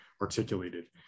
articulated